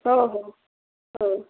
ହଉ ହଉ ହଉ